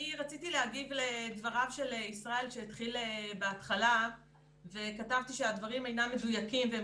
רציתי להגיב לדבריו של ישראל וייס וכתבתי שהדברים אינם מדויקים והם